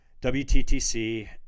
WTTC